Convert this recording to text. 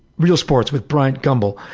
real sports with bryant gumbel,